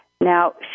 Now